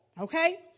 Okay